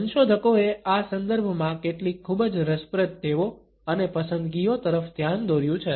સંશોધકોએ આ સંદર્ભમાં કેટલીક ખૂબ જ રસપ્રદ ટેવો અને પસંદગીઓ તરફ ધ્યાન દોર્યું છે